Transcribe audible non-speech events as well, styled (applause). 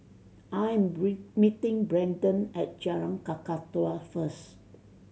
I am (unintelligible) meeting Brendon at Jalan Kakatua first